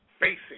basic